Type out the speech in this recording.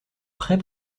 prêt